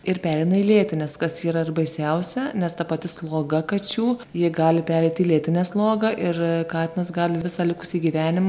ir pereina į lėtines kas yra ir baisiausia nes ta pati sloga kačių ji gali pereiti į lėtinę slogą ir katinas gali visą likusį gyvenimą